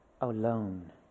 alone